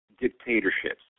dictatorships